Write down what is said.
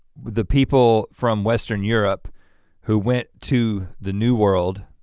the people from western europe who went to the new world,